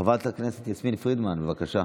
חברת הכנסת יסמין פרידמן, בבקשה.